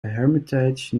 hermitage